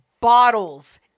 bottles